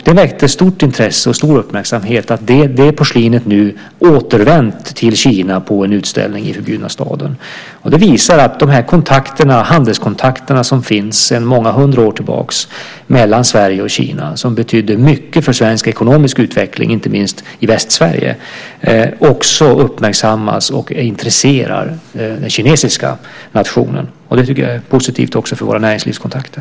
Det väckte stort intresse och stor uppmärksamhet att detta porslin nu återvänt till Kina och en utställning i Den förbjudna staden. Det visar att de handelskontakter som finns sedan många hundra år tillbaka mellan Sverige och Kina, som har betytt mycket för svensk ekonomisk utveckling inte minst i Västsverige, uppmärksammas av och intresserar den kinesiska nationen. Det tycker jag är positivt också för våra näringslivskontakter.